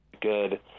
good